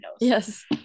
yes